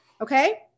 Okay